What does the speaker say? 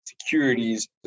securities